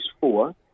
four